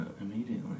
immediately